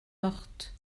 morte